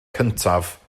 cyntaf